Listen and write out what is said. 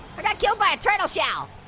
i got killed by a turtle shell.